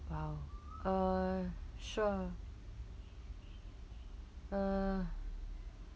!wow! uh sure uh